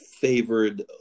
favored